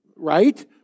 right